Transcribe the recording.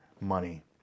money